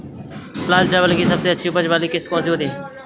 लाल चावल की सबसे अच्छी उपज वाली किश्त कौन सी है?